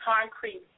concrete